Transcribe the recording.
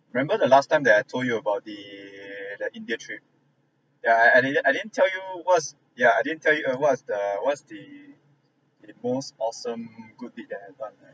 remember the last time that I told you about the that india trip ya I didn't I didn't tell you what's ya I didn't tell you uh what is the what's the the most awesome good deed that I've done right